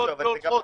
רוקדות והולכות.